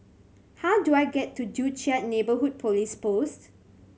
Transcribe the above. how do I get to Joo Chiat Neighbourhood Police Post